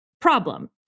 problem